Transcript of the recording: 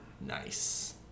Nice